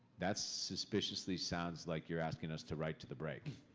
that suspiciously sounds like you're asking us to write to the break.